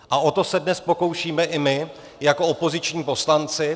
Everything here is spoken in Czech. A o to se dnes pokoušíme i my jako opoziční poslanci.